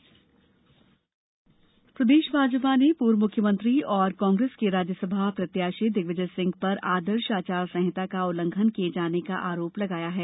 भाजपा आचार संहिता प्रदेश भाजपा ने पूर्व मुख्यमंत्री और कांग्रेस के राज्यसभा प्रत्याशी दिग्विजय सिंह पर आदर्श आचार संहिता का उल्लंघन किए जाने का आरोप लगाया है